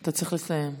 אתה צריך לסיים.